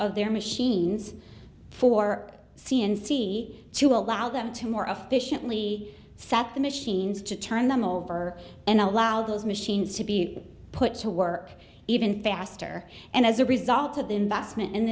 of their machines for c and c to allow them to more officially set the machines to turn them over and allow those machines to be put to work even faster and as a result of the investment